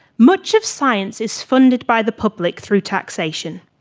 much of science is funded by the public through taxation.